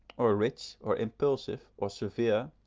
or rich, or impulsive, or severe,